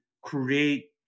create